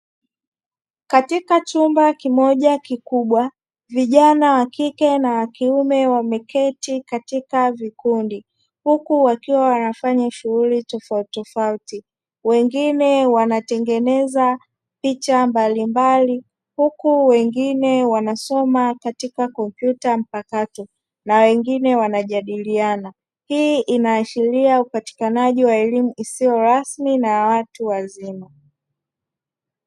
Katika chumba kimoja kikubwa vijana wakike na wakiume wameketi katika vikundi huku wakiwa wanafanya shughuli tofauti tofauti wengine wanatengeneza picha mbalimbali huku wengine wanasoma katika kompyuta mpakato na wengine wanajadiliana, hii inaashiria upatikanaji wa elimu isiyo rasmi na ya watu wazima.